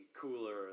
cooler